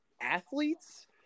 athletes